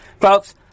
Folks